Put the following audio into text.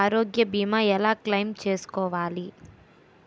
ఆరోగ్య భీమా ఎలా క్లైమ్ చేసుకోవాలి?